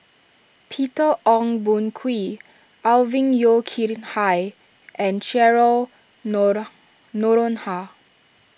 Peter Ong Boon Kwee Alvin Yeo Khirn Hai and Cheryl No Noronha